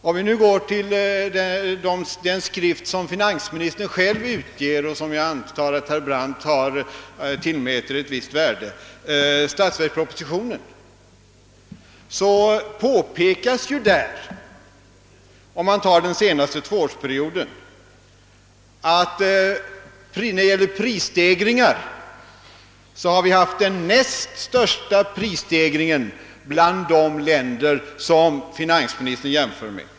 Om vi går till den skrift som finansministern själv utger, vilken jag antar att herr Brandt tillmäter ett visst värde — statsverkspropositionen — så påpekas där beträffande den senaste tvåårs Perioden, att vi har haft den näst största prisstegringen av de länder finansministern jämför med.